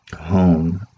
home